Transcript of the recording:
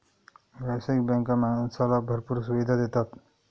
व्यावसायिक बँका माणसाला भरपूर सुविधा देतात